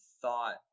thought